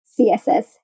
CSS